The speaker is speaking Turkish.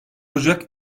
ocak